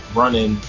running